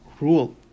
rule